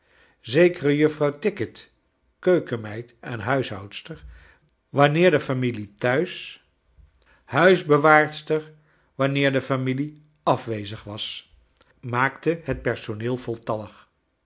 juffrouw tickit keukenmeid en huishoudster wanneer de familie thuis iruisbewaareter wanner de f ami lie afwezig was maakte het pers one el voltallig